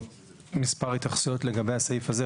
מספר התייחסויות לגבי הסעיף הזה,